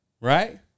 Right